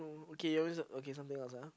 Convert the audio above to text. okay you always okay something else ah